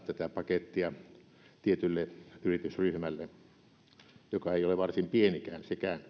pakettia tietylle yritysryhmälle joka ei ole varsin pieni sekään tärkeää